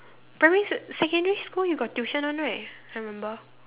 primary secondary school you got tuition one right I remember